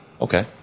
Okay